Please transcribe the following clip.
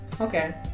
Okay